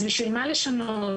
אז בשביל מה לשנות?